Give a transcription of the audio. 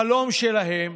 החלום שלהם,